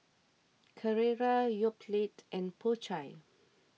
Carrera Yoplait and Po Chai